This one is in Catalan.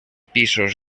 pisos